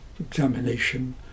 examination